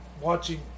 watching